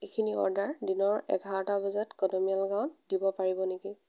এইখিনি অৰ্ডাৰ দিনৰ এঘাৰটা বজাত কদমিয়াল গাঁৱত দিব পাৰিব নেকি